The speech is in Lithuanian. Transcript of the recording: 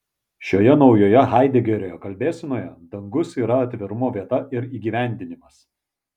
šioje naujoje haidegerio kalbėsenoje dangus yra atvirumo vieta ir įgyvendinimas